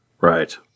right